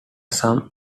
some